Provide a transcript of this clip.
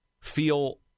feel